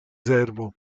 servo